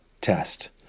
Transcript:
test